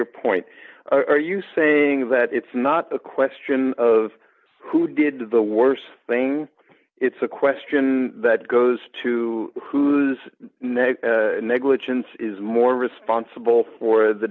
your point are you saying that it's not a question of who did the worse thing it's a question that goes to who's next negligence is more responsible for the